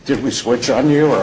did we switch on your